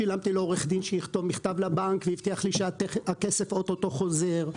שילמתי לעורך דין שיכתוב מכתב לבנק והבטיח לי שהכסף אוטוטו חוזר.